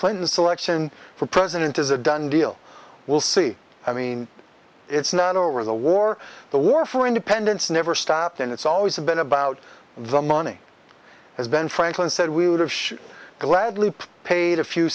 clinton selection for president is a done deal will see i mean it's not over the war the war for independence never stopped and it's always been about the money has ben franklin said we would have gladly paid a few